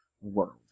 world